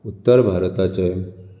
उत्तर भारताचे